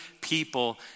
people